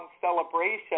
celebration